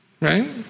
Right